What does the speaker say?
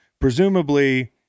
Presumably